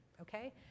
okay